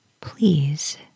Please